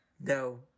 No